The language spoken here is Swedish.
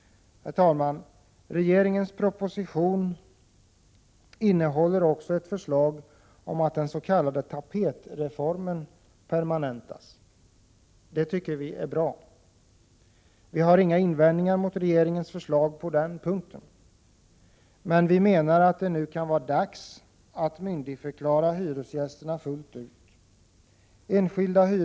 Herr talman! Regeringens proposition innehåller också ett förslag om att den s.k. tapetreformen skall permanentas. Det tycker vi är bra. Vi har inga invändningar mot regeringens förslag på den punkten. Men vi menar att det nu kan vara dags att myndigförklara hyresgästerna fullt ut.